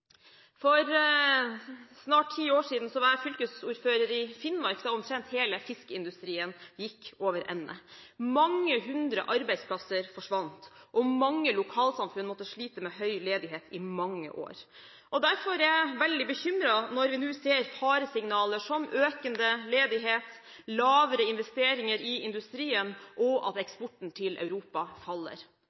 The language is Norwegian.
For snart ti år siden var jeg fylkesordfører i Finnmark, da omtrent hele fiskeindustrien gikk over ende. Mange hundre arbeidsplasser forsvant, og mange lokalsamfunn måtte slite med høy ledighet i mange år. Derfor er jeg veldig bekymret når vi nå ser faresignaler som økende ledighet, lavere investeringer i industrien og fallende eksport til Europa.